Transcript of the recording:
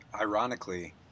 ironically